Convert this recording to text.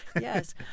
yes